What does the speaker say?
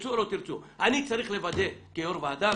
אני צריך לוודא כיו"ר ועדה,